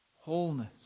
wholeness